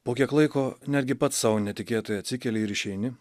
po kiek laiko netgi pats sau netikėtai atsikeli ir išeini